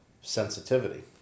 sensitivity